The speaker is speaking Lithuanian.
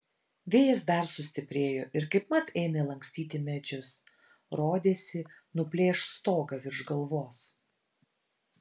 vėjas dar sustiprėjo ir kaipmat ėmė lankstyti medžius rodėsi nuplėš stogą virš galvos